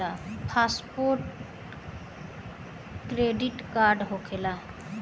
Fast credit का होखेला?